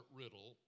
riddle